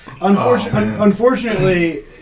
unfortunately